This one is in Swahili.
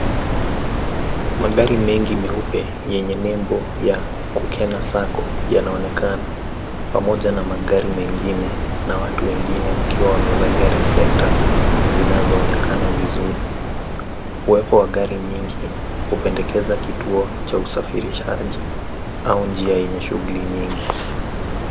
Magari mengi meupe yenye nembo ya Kukena Sacco yanaonekana pamoja na magari mengine na watu wengine wakiwa wamevalia reflecators zinazoonekana vizuri. Uwepo wa gari nyingi hupendekeza kituo cha usafirishaji au bjia yenye shughli nyingi.